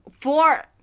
Four